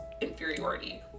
inferiority